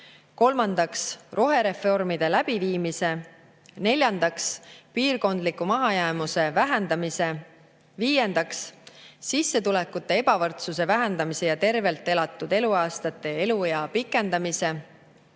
kolmandaks, rohereformide läbiviimise, neljandaks, piirkondliku mahajäämuse vähendamise, viiendaks, sissetulekute ebavõrdsuse vähendamise ja tervelt elatud eluaastate [arvu suurenemise]